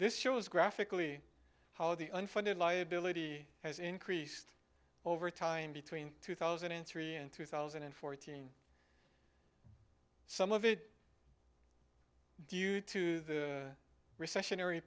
this shows graphically how the unfunded liability has increased over time between two thousand and three and two thousand and fourteen some of it due to the recessionary